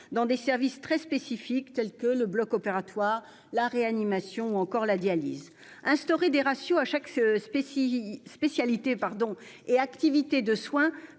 dans des services très spécifiques tels que le bloc opératoire, la réanimation et la dialyse. Instaurer des ratios pour chaque spécialité et activité de soins